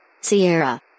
Sierra